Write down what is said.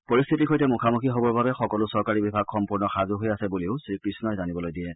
পৰিস্থিতিৰ সৈতে মুখামুখি হ'বৰ বাবে সকলো চৰকাৰী বিভাগ সম্পূৰ্ণ সাজু হৈ আছে বুলিও শ্ৰীকৃষ্ণই জানিবলৈ দিয়ে